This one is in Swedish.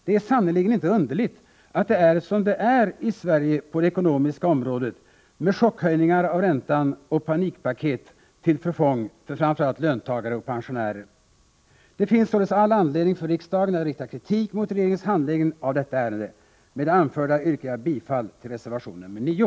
Det är sannerligen inte underligt att det är som det är i Sverige på det ekonomiska området med chockhöjningar av räntan och panikpaket till förfång för framför allt löntagare och pensionärer. Det finns således all anledning för riksdagen att rikta kritik mot regeringens handläggning av detta ärende. Med det anförda yrkar jag bifall till reservation 9.